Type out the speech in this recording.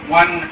one